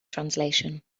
translation